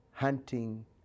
hunting